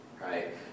right